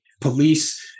police